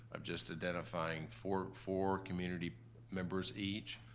of just identifying four four community members each.